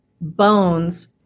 bones